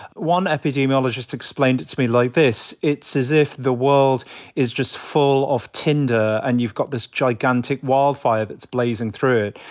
one epidemiologist explained it to me like this. it's as if the world is just full of tinder, and you've got this gigantic wildfire that's blazing through it.